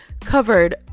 covered